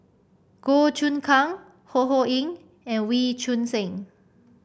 Goh Choon Kang Ho Ho Ying and Wee Choon Seng